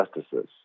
justices